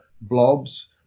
blobs